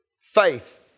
Faith